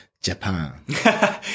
Japan